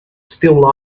still